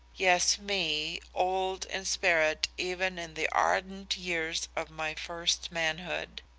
yes me, old in spirit even in the ardent years of my first manhood.